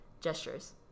gestures